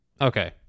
Okay